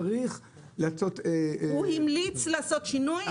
צריך --- הוא המליץ לעשות שינוי,